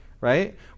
right